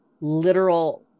literal